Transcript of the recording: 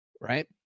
right